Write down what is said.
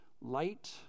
light